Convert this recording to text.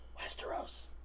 Westeros